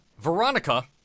Veronica